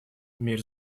мир